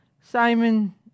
Simon